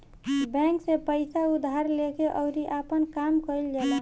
bank से पइसा उधार लेके अउरी आपन काम कईल जाला